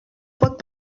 pot